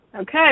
Okay